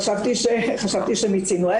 חשבתי שמיצינו.